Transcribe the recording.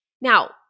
Now